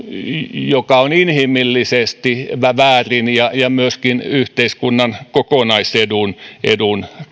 mikä on inhimillisesti väärin ja ja myöskin yhteiskunnan kokonaisedun